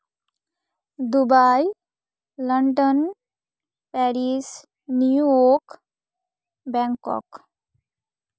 Dubai London Paris New York Bangkok